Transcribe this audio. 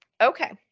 Okay